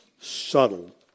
subtle